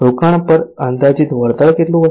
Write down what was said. રોકાણ પર અંદાજિત વળતર કેટલું હશે